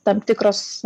tam tikros